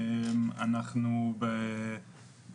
הגיבורות שנשארות,